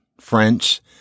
French